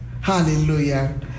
Hallelujah